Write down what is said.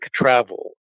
travel